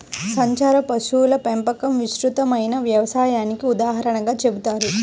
సంచార పశువుల పెంపకం విస్తృతమైన వ్యవసాయానికి ఉదాహరణగా చెబుతారు